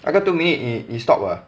那个 two minute 你你 stop ah